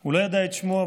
הוא לא ידע את שמו,